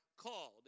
called